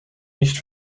nicht